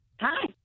Hi